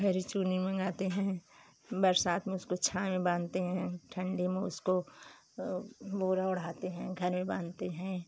खरी चूनी मंगाते हैं बरसात में उसको छाया में बाँधते हैं ठंडी में उसको बोरा ओढ़ाते हैं घर बाँधते हैं